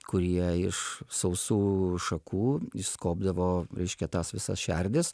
kurie iš sausų šakų išskobdavo reiškia tas visas šerdis